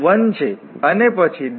તેથી cos t એ sin t અને પછી cos t j હશે